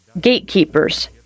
gatekeepers